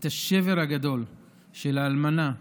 את השבר הגדול של האלמנה,